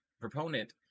proponent